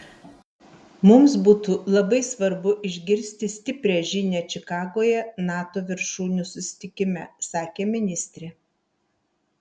mums būtų labai svarbu išgirsti stiprią žinią čikagoje nato viršūnių susitikime sakė ministrė